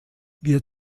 wir